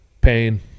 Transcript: pain